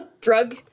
drug